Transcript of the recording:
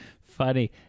funny